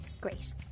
Great